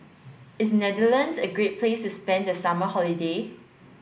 is Netherlands a great place to spend the summer holiday